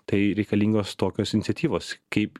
tai reikalingos tokios iniciatyvos kaip